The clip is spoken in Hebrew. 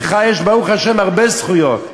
לך יש, ברוך השם, הרבה זכויות.